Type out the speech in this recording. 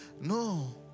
No